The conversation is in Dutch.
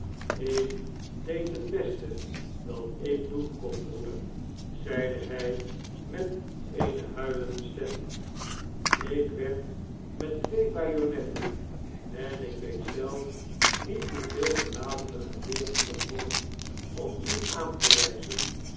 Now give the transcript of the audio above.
ik deed het beste dat ik doen kon broeder zeide hi met eene huilende stem ik werd met twee bajonetten en ik weet zelf tuiet hoeveel geladene geweren gedwongen om u aan te wijzen